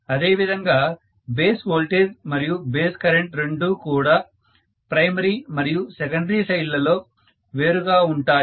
అదే విధంగా base voltage మరియు బేస్ కరెంట్ రెండూ కూడా ప్రైమరీ మరియు సెకండరీ సైడ్ లలో వేరు గా ఉంటాయి